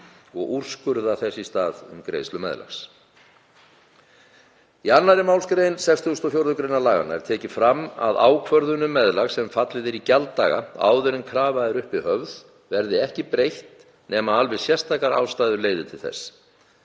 og úrskurða í stað þess um greiðslu meðlags. Í 2. mgr. 64. gr. laganna er tekið fram að ákvörðun um meðlag, sem fallið er í gjalddaga áður en krafa er uppi höfð, verði ekki breytt nema alveg sérstakar ástæður leiði til þess.